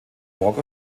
walk